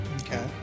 Okay